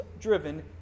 driven